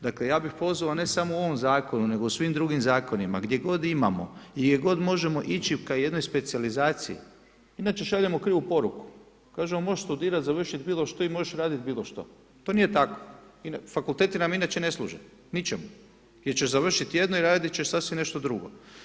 Dakle, ja bih pozvao ne samo u ovom zakonu, nego u svim drugim zakonima, gdje god imamo i gdje god možemo ići ka jednoj specijalizaciji, inače šaljemo krivu poruku, kažemo moš studirati završit bilo i moš radit bilo što, to nije tako fakulteti nam inače ne služe ničemu jer ćeš završit jedno i radit ćeš sasvim nešto drugo.